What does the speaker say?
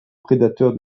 prédateur